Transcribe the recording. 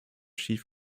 schief